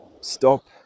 stop